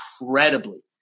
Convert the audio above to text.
incredibly